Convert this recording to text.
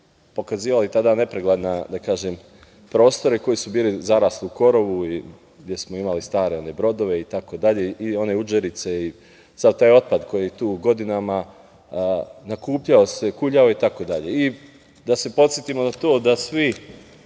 pokazivali tada nepregledne prostore koji su bili zarasli u korov i gde smo imali stare one brodove itd. i one udžerice i sav taj otpad koji se tu godinama nakupljao, kuljao itd. Da se podsetimo na to da svi